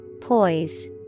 Poise